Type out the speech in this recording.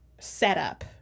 setup